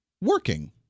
working